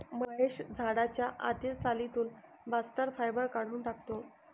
महेश झाडाच्या आतील सालीतून बास्ट फायबर काढून टाकतो